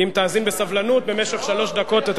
אם תאזין בסבלנות במשך שלוש דקות,